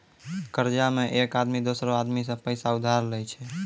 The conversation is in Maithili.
कर्जा मे एक आदमी दोसरो आदमी सं पैसा उधार लेय छै